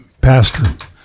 pastor